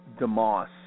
DeMoss